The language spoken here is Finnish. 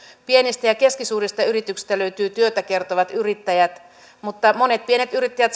pienistä ja keskisuurista yrityksistä löytyy työtä kertovat yrittäjät mutta monet pienet yrittäjät